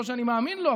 לא שאני מאמין לו,